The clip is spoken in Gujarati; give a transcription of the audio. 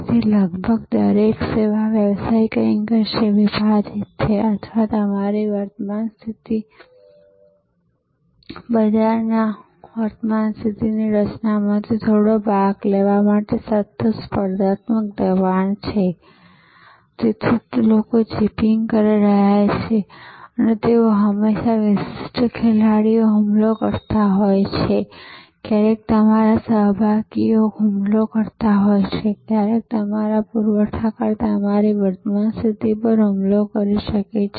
અને તેથી લગભગ દરેક સેવા વ્યવસાય કંઈક અંશે વિભાજિત છે અથવા તમારી વર્તમાન બજારની સ્થિતિથી વર્તમાન બજારની રચનામાંથી થોડો ભાગ લેવા માટે સતત સ્પર્ધાત્મક દબાણ છે તેથી લોકો ચીપિંગ કરી રહ્યા છેતેથી તેઓ હંમેશા વિશિષ્ટ ખેલાડીઓ હુમલો કરતા હોય છે ક્યારેક તમારા સહયોગીઓ હુમલો કરતા હોય છે ક્યારેક તમારા પૂરવઠાકર તમારી વર્તમાન સ્થિતિ પર હુમલો કરી શકે છે